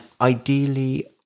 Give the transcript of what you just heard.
ideally